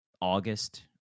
august